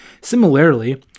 Similarly